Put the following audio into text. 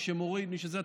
מי שמוריד וזה,